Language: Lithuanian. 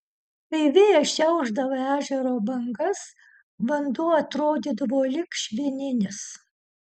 kai vėjas šiaušdavo ežero bangas vanduo atrodydavo lyg švininis